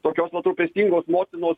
tokios vat rūpestingos motinos